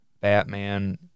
Batman